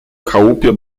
chałupie